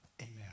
amen